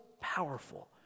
powerful